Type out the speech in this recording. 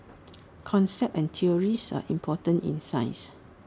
concepts and theories are important in science